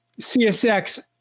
CSX